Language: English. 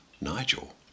Nigel